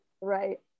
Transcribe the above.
Right